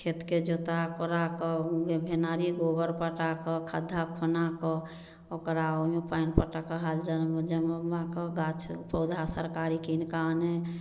खेतके जोता कोड़ा कऽ ओहिमे भेनाड़ी गोबर पटा कऽ खद्धा खुना कऽ ओकरा ओहिमे पानि पटाकऽ हाल जनमबा कऽ गाछ पौधा सरकारी कीनिकऽ आनै हइ